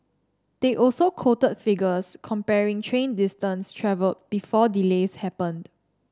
they also quoted figures comparing train distance travelled before delays happened